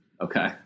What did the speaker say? Okay